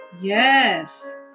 Yes